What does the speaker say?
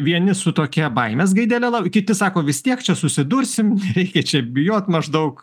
vieni su tokia baimės gaidele kiti sako vis tiek čia susidursim nereikia čia bijot maždaug